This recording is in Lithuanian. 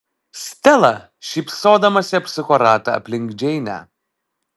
stela šypsodamasi apsuko ratą aplink džeinę